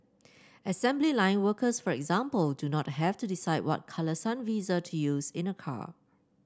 assembly line workers for example do not have to decide what colour sun visor to use in a car